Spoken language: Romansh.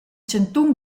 chantun